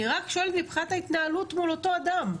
אני רק שואלת מבחינת ההתנהלות מול אותו אדם.